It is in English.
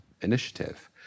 initiative